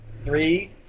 three